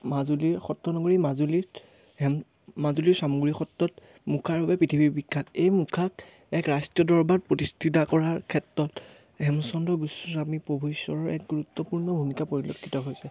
মাজুলীৰ সত্ৰ নগৰী মাজুলীত হেম মাজুলীৰ চামগুৰি সত্ৰত মুখাৰ বাবে পৃথিৱীৰ বিখ্যাত এই মুখাক এক ৰাষ্ট্ৰীয় দৰবাৰ প্ৰতিষ্ঠিত কৰাৰ ক্ষেত্ৰত হেমচন্দ্ৰ গোস্বামী প্ৰভু ঈশ্বৰৰ এক গুৰুত্বপূৰ্ণ ভূমিকা পৰিলক্ষিত হৈছে